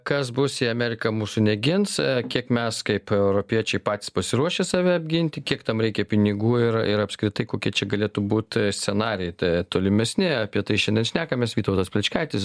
kas bus jei amerika mūsų negins kiek mes kaip europiečiai patys pasiruošę save apginti kiek tam reikia pinigų ir ir apskritai kokie čia galėtų būt scenarijai tolimesni apie tai šiandien šnekamės vytautas plečkaitis